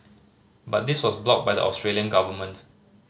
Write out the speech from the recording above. but this was blocked by the Australian government